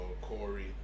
Corey